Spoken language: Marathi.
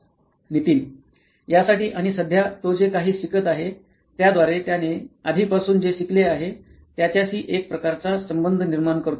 नितीन यासाठी आणि सध्या तो जे काही शिकत आहे त्याद्वारे त्याने आधीपासून जे शिकले आहे त्याच्याशी एक प्रकारचा संबंध निर्माण करतो